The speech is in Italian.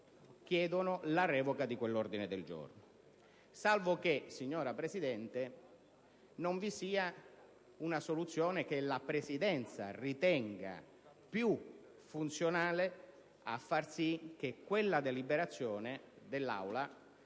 chiedono la revoca di quell'ordine del giorno. Salvo che, signora Presidente, non vi sia una soluzione che la Presidenza ritenga più funzionale a far sì che quella deliberazione dell'Aula